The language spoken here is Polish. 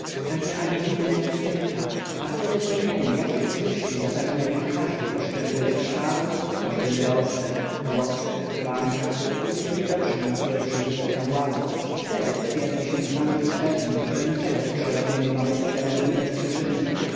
takie a nie inne instynkta a wtedy pojmiemy jakie korzyści zapewnia im każdy po szczególe kształt każdy wyrostek włosek plamka lub niewidoczna na pierwszy rzut oka władza wtedy potwierdzi się znany już pewnik że niczego w przyrodzie niema bez celu i bez przyczyny